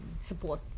support